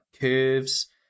curves